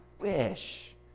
wish